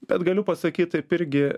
bet galiu pasakyt taip irgi